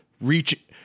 reach